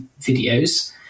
videos